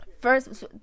First